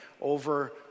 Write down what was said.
over